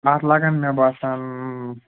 اَتھ لَگَن مےٚ باسان